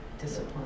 discipline